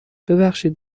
ببخشید